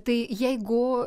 tai jeigu